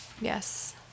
Yes